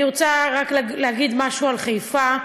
אני רוצה רק להגיד משהו על חיפה,